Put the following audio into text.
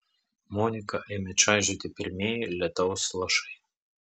moniką ėmė čaižyti pirmieji lietaus lašai